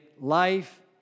life